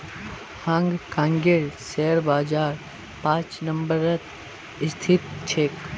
हांग कांगेर शेयर बाजार पांच नम्बरत स्थित छेक